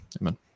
amen